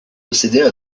possédaient